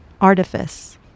artifice